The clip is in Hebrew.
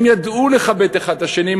הם ידעו לכבד אחד את השני,